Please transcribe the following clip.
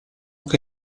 che